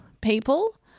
people